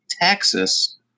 Texas